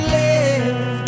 live